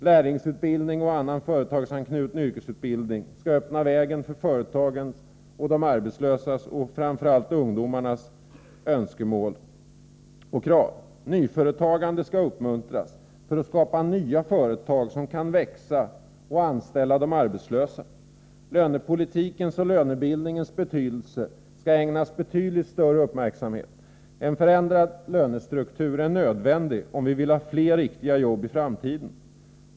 Lärlingsutbildning och annan företagsanknuten yrkesutbildning skall öppna vägen för företagens, de arbetslösas och framför allt ungdomarnas önskemål och krav. Nyföretagande skall uppmuntras för att skapa nya företag som kan växa och anställa de arbetslösa. Lönepolitikens och lönebildningens betydelse skall ägnas betydligt större uppmärksamhet. En förändrad lönestruktur är nödvändig om vi vill ha fler riktiga jobb i framtiden.